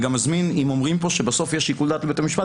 אם אומרים שבסוף יש שיקול דעת לבית המשפט,